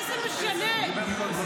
מה זה משנה מה תיתן להם אם אין לוחמים?